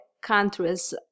countries